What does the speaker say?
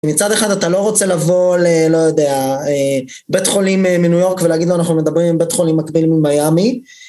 מצד אחד אתה לא רוצה לבוא לבית חולים מניו יורק ולהגיד לו אנחנו מדברים עם בית חולים מקביל ממייאמי